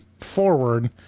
forward